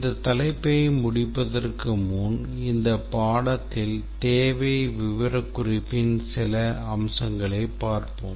இந்த தலைப்பை முடிப்பதற்கு முன் இந்த பாடத்தில் தேவை விவரக்குறிப்பின் சில அம்சங்களைப் பார்ப்போம்